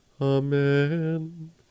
Amen